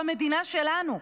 במדינה שלנו,